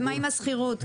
השכירות?